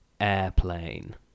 Airplane